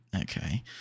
okay